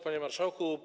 Panie Marszałku!